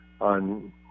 on